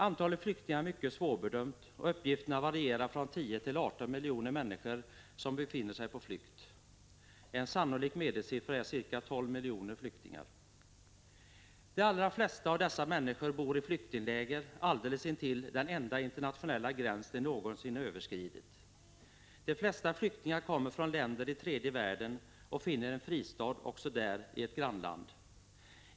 Antalet flyktingar är mycket svårbedömt, och uppgifterna varierar från 10 till 18 miljoner människor som befinner sig på flykt. En sannolik medelsiffra är ca 12 miljoner flyktingar. De allra flesta av dessa människor bor i flyktingläger alldeles intill den enda internationella gräns de någonsin överskridit. De flesta flyktingarna kommer från länder i tredje världen och finner också en fristad där, i ett grannland.